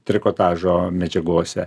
trikotažo medžiagose